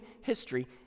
history